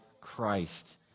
Christ